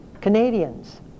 Canadians